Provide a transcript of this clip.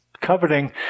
Coveting